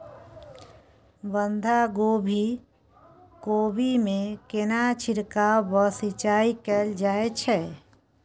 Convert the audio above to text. बंधागोभी कोबी मे केना छिरकाव व सिंचाई कैल जाय छै?